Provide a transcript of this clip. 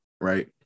Right